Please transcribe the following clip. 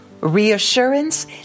reassurance